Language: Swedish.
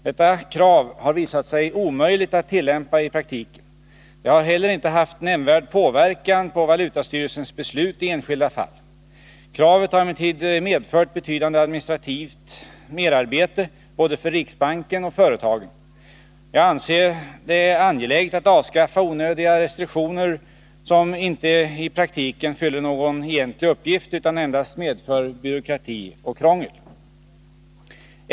Detta krav har visat sig omöjligt att tillämpa i praktiken. Det har inte heller haft nämnvärd påverkan på valutastyrelsens beslut i enskilda fall. Kravet har emellertid medfört betydande administrativt merarbete för både riksbanken och företagen. Jag anser det angeläget att avskaffa onödiga restriktioner som inte i praktiken fyller någon egentlig uppgift, utan endast medför byråkrati och krångel.